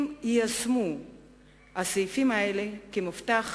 אם ייושמו הסעיפים האלה, כמובטח,